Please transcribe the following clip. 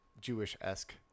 Jewish-esque